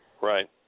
Right